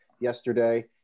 yesterday